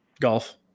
Golf